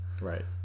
right